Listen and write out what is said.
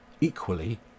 equally